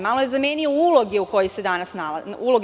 Malo je zamenio uloge u kojoj se danas nalazi.